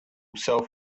self